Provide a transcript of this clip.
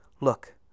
Look